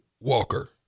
Walker